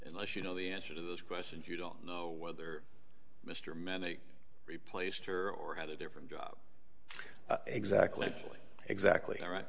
unless you know the answer to those questions you don't know whether mr manic replaced her or had a different job exactly exactly right